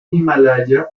himalaya